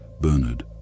Bernard